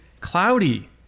Cloudy